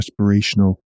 aspirational